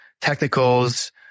technicals